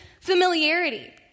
familiarity